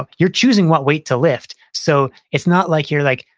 but you're choosing what weight to lift. so it's not like you're like,